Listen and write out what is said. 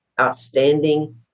Outstanding